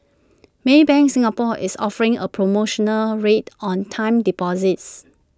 maybank Singapore is offering A promotional rate on time deposits